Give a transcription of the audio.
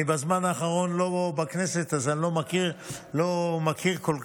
בזמן האחרון אני לא בכנסת, אז אני לא מכיר כל כך.